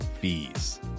fees